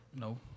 No